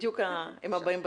הם הבאים בתור.